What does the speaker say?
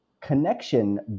connection